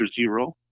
Zero